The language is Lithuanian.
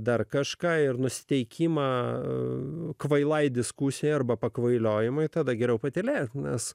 dar kažką ir nusiteikimą kvailai diskusiją arba pakvailiojama tada geriau patylėti nes